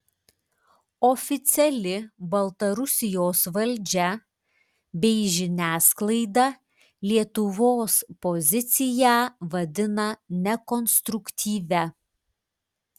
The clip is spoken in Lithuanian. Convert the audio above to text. oficiali baltarusijos valdžia bei žiniasklaida lietuvos poziciją vadina nekonstruktyvia